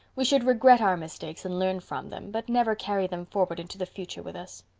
we should regret our mistakes and learn from them, but never carry them forward into the future with us.